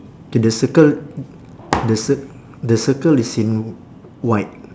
K the circle the cir~ the circle is in white